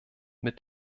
mit